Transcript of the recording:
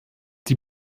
die